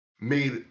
Made